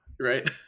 right